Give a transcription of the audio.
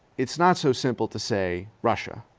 it's not so simple to say russia,